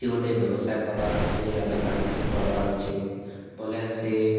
କିଛି ଗୋଟେ ବ୍ୟବସାୟ କର୍ବାର୍ ଅଛି ୟା ତ ବାଣିଜ୍ୟ କର୍ବାର୍ ଅଛି ବୋଲେ ସେ